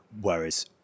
Whereas